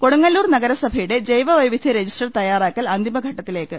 കൊടുങ്ങല്ലൂർ നഗരസഭയുടെ ജൈവ്വൈവിധ്യ രജിസ്റ്റർ തയ്യാ റാക്കൽ അന്തിമ ഘട്ടത്തിലേക്ക്